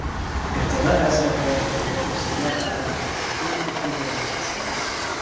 ir tada ezra puolė į priekį stvėrė ariją už pečių ir priglaudė prie savęs